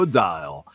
dial